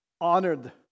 honored